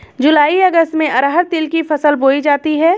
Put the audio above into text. जूलाई अगस्त में अरहर तिल की फसल बोई जाती हैं